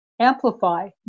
amplify